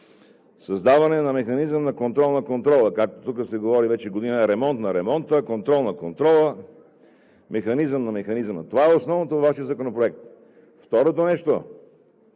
създаване на механизъм на контрол на контрола, както тук се говори вече година – ремонт на ремонта, контрол на контрола, механизъм на механизма. Това е основното във Вашия законопроект. Второто нещо,